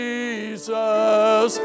Jesus